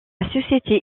société